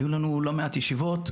היו לנו לא מעט ישיבות,